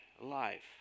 life